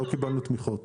לא קיבלנו תמיכות.